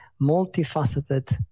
multifaceted